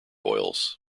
oils